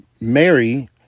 Mary